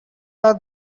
are